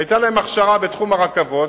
שהיתה להם הכשרה בתחום הרכבות,